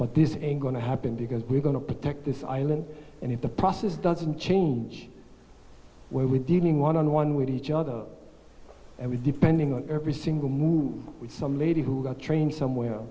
but this ain't going to happen because we're going to protect this island and if the process doesn't change where we're dealing one on one with each other and with depending on every single move with some lady who will train somewhere